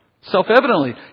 Self-evidently